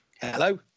Hello